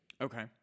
okay